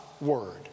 word